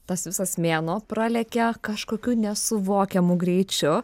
tas visas mėnuo pralekia kažkokiu nesuvokiamu greičiu